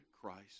Christ